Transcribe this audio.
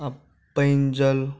पानि जल